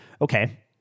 Okay